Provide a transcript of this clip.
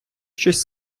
щось